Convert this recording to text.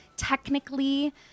Technically